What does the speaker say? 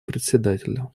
председателя